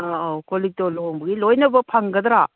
ꯑꯧ ꯑꯧ ꯀꯣꯜ ꯂꯤꯛꯇꯣ ꯂꯨꯍꯣꯡꯕꯒꯤ ꯂꯣꯏꯅꯃꯛ ꯐꯪꯒꯗ꯭ꯔꯥ